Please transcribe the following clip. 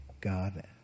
God